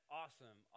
awesome